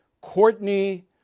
Courtney